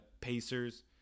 Pacers